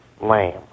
lame